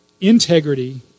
integrity